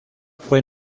fue